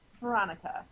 Veronica